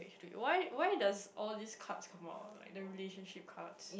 to you why why does all these cards come out like the relationship cards